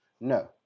No